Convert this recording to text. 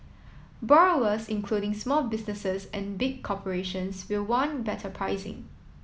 borrowers including small businesses and big corporations will want better pricing